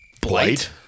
Blight